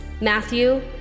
Matthew